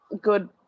good